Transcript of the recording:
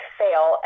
fail